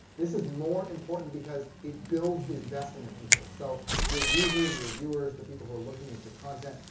this is more important because it builds the investment in people. so your users, your viewers, the people who are looking at your content,